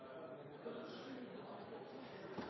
mot menneskehandel er det